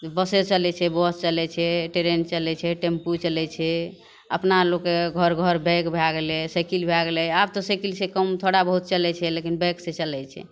बसे चलै छै बस चलै छै ट्रेन चलै छै टेम्पू चलै छै अपना लोकके घर घर बाइक भै गेलै साइकिल भै गेलै आब तऽ साइकिलसे कम थोड़ा बहुत चलै छै लेकिन बाइकसे चलै छै